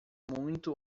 muito